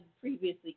previously